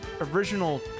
original